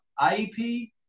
IEP